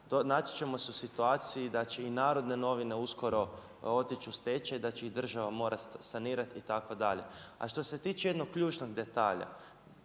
naći ćemo se u situaciji, da će i N.N. uskoro otići u stečaj, da će i država morati sanirati itd. A što se tiče jednog ključnog detalja,